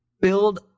build